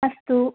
अस्तु